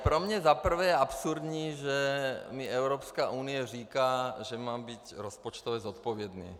Pro mě za prvé je absurdní, že mi Evropská unie říká, že mám být rozpočtově zodpovědný.